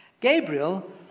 Gabriel